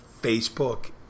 Facebook